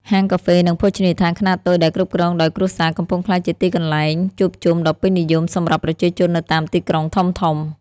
ហាងកាហ្វេ និងភោជនីយដ្ឋានខ្នាតតូចដែលគ្រប់គ្រងដោយគ្រួសារ កំពុងក្លាយជាទីកន្លែងជួបជុំដ៏ពេញនិយមសម្រាប់ប្រជាជននៅតាមទីក្រុងធំៗ។